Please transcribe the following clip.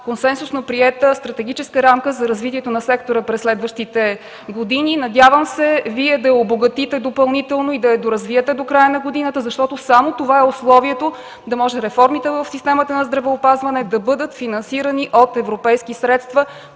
консенсусно приета стратегическа рамка за развитието на сектора през следващите години. Надявам се Вие да я обогатите допълнително и да я доразвиете до края на годината, защото само това е условието да може реформите в системата на здравеопазване да бъдат финансирани от европейски средства.